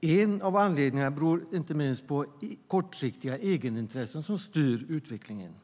Det beror inte minst på att det är kortsiktiga egenintressen som styr utvecklingen.